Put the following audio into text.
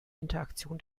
interaktion